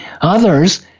Others